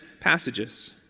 passages